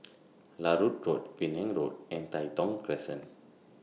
Larut Road Penang Road and Tai Thong Crescent